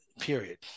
period